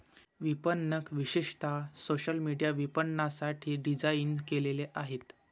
विपणक विशेषतः social media विपणनासाठी डिझाइन केलेले आहेत